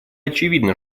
очевидно